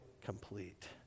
complete